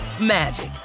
magic